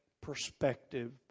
perspective